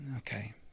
Okay